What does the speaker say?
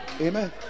Amen